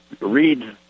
read